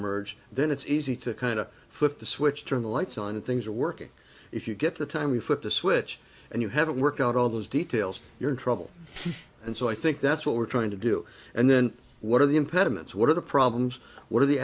merge then it's easy to kind of flip the switch turn the lights on and things are working if you get the time we flip the switch and you haven't worked out all those details you're in trouble and so i think that's what we're trying to do and then what are the impediments what are the problems what are the